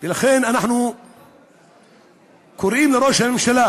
ולכן אנחנו קוראים לראש הממשלה